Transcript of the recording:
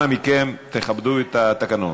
אנא מכם, תכבדו את התקנון.